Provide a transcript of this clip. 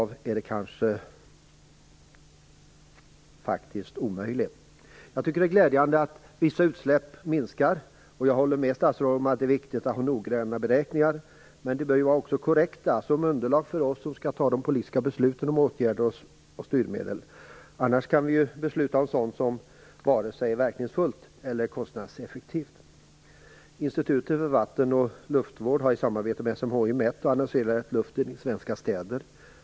Är det kanske rent av omöjligt? kan man fråga sig. Det är glädjande att vissa utsläpp minskar. Jag håller med statsrådet om att det är viktigt att ha noggranna beräkningar. Men de bör också vara korrekta som underlag för oss som skall fatta politiska beslut om åtgärder och styrmedel, för annars kan vi besluta om sådant som är varken verkningsfullt eller kostnadseffektivt. Institutet för vatten och luftvård har i samarbete med SMHI mätt och analyserat luften i svenska städer.